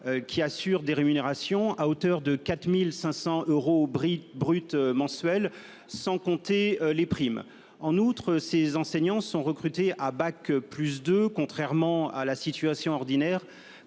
assure leur rémunération, à hauteur de 4 500 euros brut mensuels, sans compter les primes. En outre, ces enseignants sont recrutés à bac+2, contrairement à la situation ordinaire